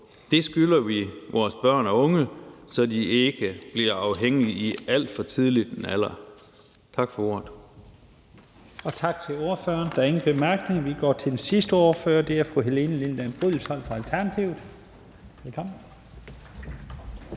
Det skylder vi vores børn og unge, så de ikke bliver afhængige i alt for tidlig en alder. Tak for ordet.